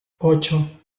ocho